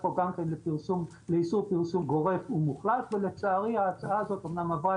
חוק לאיסור פרסום גורף ומוחלט ולצערי ההצעה אמנם עברה